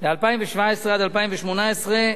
ב-2017 עד 2018,